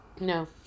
No